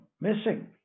missing